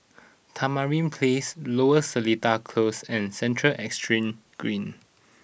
Tamarind Place Lower Seletar Close and Central Exchange Green